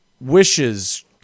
wishes